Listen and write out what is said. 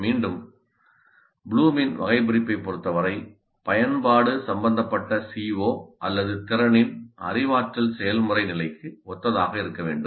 மீண்டும் ப்ளூமின் வகைபிரிப்பைப் பொறுத்தவரை பயன்பாடு சம்பந்தப்பட்ட CO அல்லது திறனின் அறிவாற்றல் செயல்முறை நிலைக்கு ஒத்ததாக இருக்க வேண்டும்